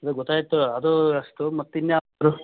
ಅದೆ ಗೊತಾಯಿತು ಅದು ಅಷ್ಟು ಮತ್ತೆ ಇನ್ನು ಯಾವುದು